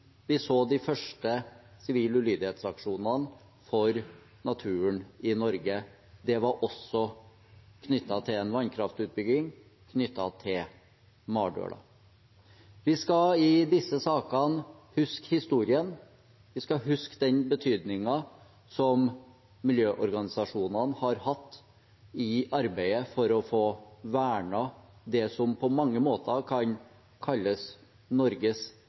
vi så de første sivil ulydighetsaksjonene for naturen i Norge. Det var også knyttet til en vannkraftutbygging – Mardøla. Vi skal i disse sakene huske historien. Vi skal huske den betydningen som miljøorganisasjonene har hatt i arbeidet for å få vernet det som på mange måter kan kalles Norges